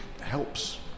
helps